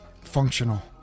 functional